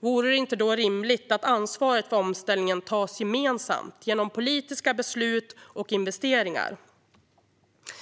Vore det då inte rimligt att ansvaret för omställningen tas gemensamt genom politiska beslut och investeringar?